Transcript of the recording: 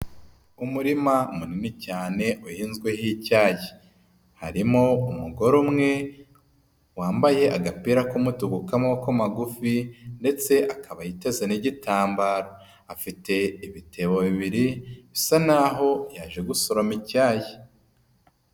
Umurima munini cyane uhinzweho icyayi. Harimo umugore umwe wambaye agapira k'umutu, k'abobuk'amaboko magufi ndetse akaba yiteze n'igitambaro. Afite ibitebo bibiri bisa naho yaje gusoroma icyayi.